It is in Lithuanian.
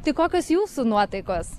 tai kokios jūsų nuotaikos